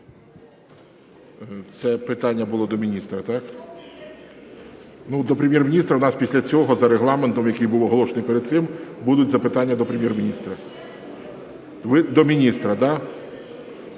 Це питання було до міністра, так? Ну, до Прем'єр-міністра… У нас після цього за регламентом, який було оголошений перед цим, будуть запитання до Прем'єр-міністра. Ви до міністра, да?